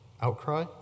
outcry